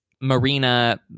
Marina